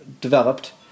developed